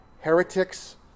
Heretics